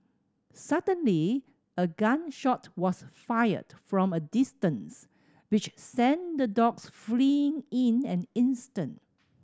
suddenly a gun shot was fired from a distance which sent the dogs fleeing in an instant